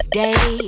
day